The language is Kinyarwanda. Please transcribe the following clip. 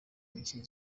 micye